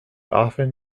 often